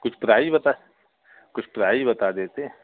कुछ प्राइस बता कुछ प्राइस बता देते